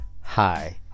Hi